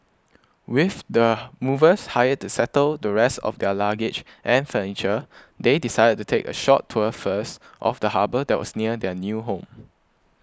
with the movers hired to settle the rest of their luggage and furniture they decided to take a short tour first of the harbour that was near their new home